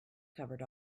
covered